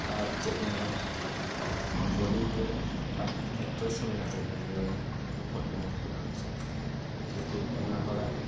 ᱟᱨ ᱪᱮᱫ ᱠᱚ ᱢᱮᱱᱟ ᱵᱚᱞᱤᱭᱩᱰ ᱨᱮ ᱚᱠᱟ ᱮᱠᱴᱟᱨᱮᱥ ᱦᱚᱸ ᱢᱮᱱᱟᱜ ᱠᱚᱜᱮᱭᱟ ᱦᱤᱨᱳᱭᱤᱱ ᱩᱱᱠᱩ ᱠᱚᱦᱚᱸ ᱟᱹᱰᱤ ᱢᱚᱡᱽ ᱠᱚ ᱰᱟᱱᱥᱼᱟ ᱠᱤᱭᱩ ᱠᱤ ᱵᱟᱱᱟ ᱦᱚᱲᱟᱜ